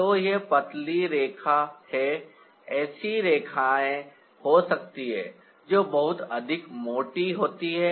तो यह एक पतली रेखा है ऐसी रेखाएं हो सकती हैं जो बहुत अधिक मोटी होती हैं